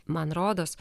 man rodos